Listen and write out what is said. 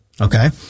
okay